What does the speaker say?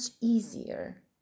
easier